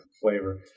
flavor